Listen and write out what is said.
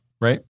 Right